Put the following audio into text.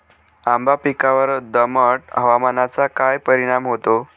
आंबा पिकावर दमट हवामानाचा काय परिणाम होतो?